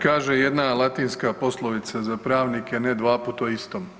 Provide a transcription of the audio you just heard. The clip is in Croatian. Kaže jedna latinska poslovica za pravnike ne dvaput o istom.